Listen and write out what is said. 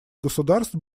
государств